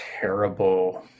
terrible